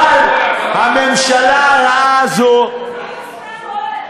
אבל הממשלה הרעה הזאת, מה עם הסנה הבוער?